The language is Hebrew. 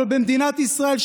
אבל מדינת ישראל,